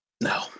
no